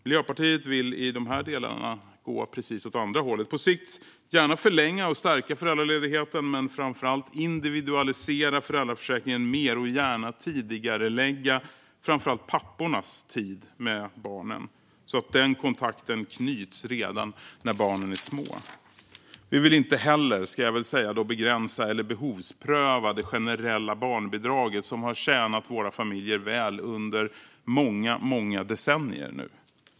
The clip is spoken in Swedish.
Miljöpartiet vill i de här delarna gå åt precis andra hållet: på sikt gärna förlänga och stärka föräldraledigheten, men framför allt individualisera föräldraförsäkringen mer och gärna tidigarelägga framför allt pappornas tid med barnen så att den kontakten knyts redan när barnen är små. Vi vill inte heller begränsa eller behovspröva det generella barnbidraget, som har tjänat våra familjer väl under många decennier nu.